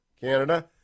Canada